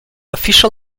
official